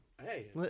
Hey